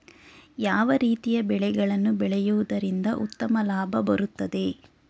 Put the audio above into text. ಯಾವ ರೀತಿಯ ಬೆಳೆಗಳನ್ನು ಬೆಳೆಯುವುದರಿಂದ ಉತ್ತಮ ಲಾಭ ಬರುತ್ತದೆ?